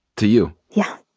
to you. yeah.